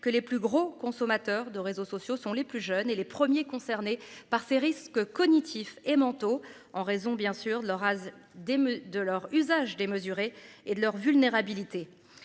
que les plus gros consommateurs de réseaux sociaux sont les plus jeunes et les premiers concernés par ces risques cognitifs et mentaux en raison bien sûr de leur a des de leur usage démesuré et de leur vulnérabilité